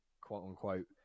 quote-unquote